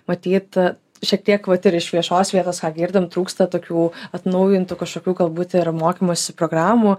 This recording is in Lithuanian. matyt šiek tiek vat ir iš viešos vietos ką girdim trūksta tokių atnaujintų kažkokių galbūt ir mokymosi programų